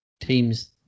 teams